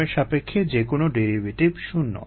সময়ের সাপেক্ষে যেকোনো ডেরিভেটিভ শূণ্য